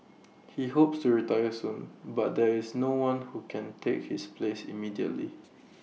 he hopes to retire soon but there is no one who can take his place immediately